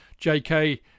jk